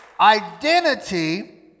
Identity